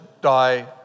die